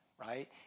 right